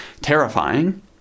terrifying